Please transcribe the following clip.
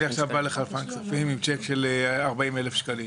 אני עכשיו בא לחלפן כספים עם צ'ק של 40,000 שקלים